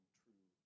true